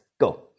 Go